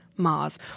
Mars